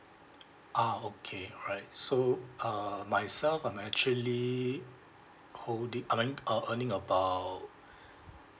ah okay alright so uh myself I'm actually holding I mean uh earning about